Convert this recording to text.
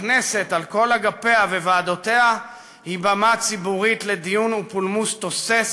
הכנסת על כל אגפיה וועדותיה היא במה ציבורית לדיון ולפולמוס תוסס